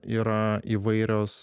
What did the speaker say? yra įvairios